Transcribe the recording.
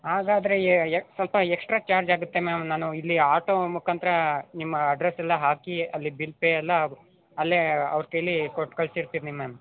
ಹಾಗಾದ್ರೆ ಸ್ವಲ್ಪ extra charge ಆಗುತ್ತೆ ಮ್ಯಾಮ್ ನಾನು ಇಲ್ಲಿ ಆಟೋ ಮುಖಾಂತ್ರ ನಿಮ್ಮ ಅಡ್ರೆಸ್ಸೆಲ್ಲ ಹಾಕಿ ಅಲ್ಲಿ ಬಿಲ್ ಪೇ ಎಲ್ಲ ಆಗಿ ಅಲ್ಲೇ ಅವ್ರ ಕೈಲಿ ಕೊಟ್ಟು ಕಳಿಸಿರ್ತೀನಿ ಮ್ಯಾಮ್